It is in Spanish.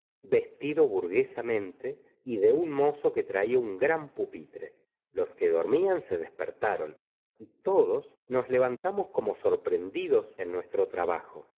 vestido burguesamente y de un mozo que traía un gran pupitre los que dormían se despertaron y todos nos levantamos como sorprendidos en nuestro trabajo